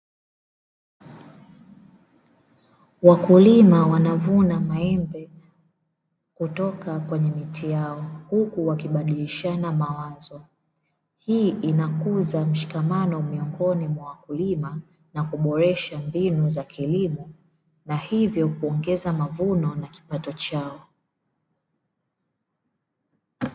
Wakulima wanavuna maembe kutoka kwenye miti yao huku wakibadilishana mawazo, hii inakuza mshikamano miongoni mwa wakulima na kuboresha mbinu za kilimo na hivyo kuongeza mavuno na kipato chao.